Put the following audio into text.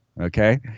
okay